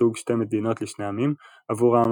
מסוג שתי מדינות לשני עמים עבור העם